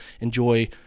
enjoy